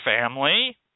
family